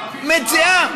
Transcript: מאיפה,